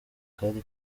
kari